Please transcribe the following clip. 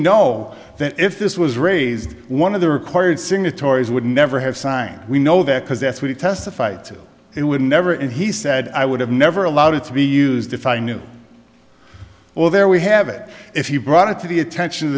know that if this was raised one of the required signatories would never have signed we know that because that's what he testified to it would never and he said i would have never allowed it to be used if i knew well there we have it if you brought it to the attention of